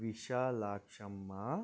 Vishalakshamma